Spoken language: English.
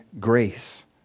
grace